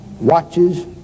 watches